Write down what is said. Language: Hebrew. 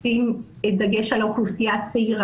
ראוי היה לייצר מדיניות כוללת של המשרד שאומרת: